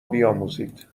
بیاموزید